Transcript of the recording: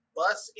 bus